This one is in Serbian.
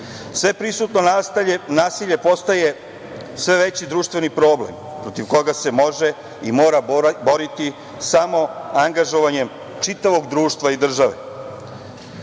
Sveprisutno nasilje postaje sve veći društveni problem, protiv koga se može i mora boriti samo angažovanjem čitavog društva i države. Juče